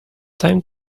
time